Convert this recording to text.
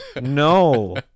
No